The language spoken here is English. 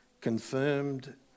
confirmed